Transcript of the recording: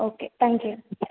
okay thank you